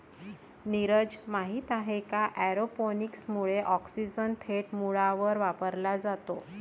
नीरज, माहित आहे का एरोपोनिक्स मुळे ऑक्सिजन थेट मुळांवर वापरला जातो